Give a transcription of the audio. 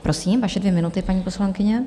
Prosím, vaše dvě minuty, paní poslankyně.